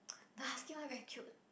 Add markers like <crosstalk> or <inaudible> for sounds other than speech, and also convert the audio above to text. <noise> the husky one very cute